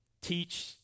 teach